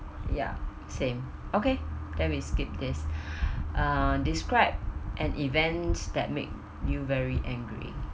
ya same okay then we skip this uh described an events that make you very angry